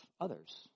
others